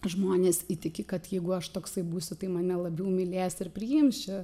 žmonės įtiki kad jeigu aš toksai būsiu tai mane labiau mylės ir priims čia